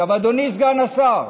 אדוני סגן השר,